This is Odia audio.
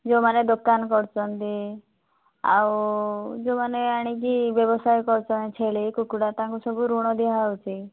ଯେଉଁମାନେ ଦୋକାନ କରିଛନ୍ତି ଆଉ ଯେଉଁମାନେ ଆଣିକି ବ୍ୟବସାୟ କରୁଛନ୍ତି ଛେଳି କୁକୁଡ଼ା ତାଙ୍କୁ ସବୁ ଋଣ ଦିଆହେଉଛି